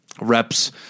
Reps